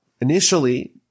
Initially